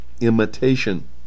imitation